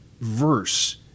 verse